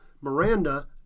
Miranda